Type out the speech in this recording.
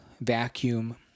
vacuum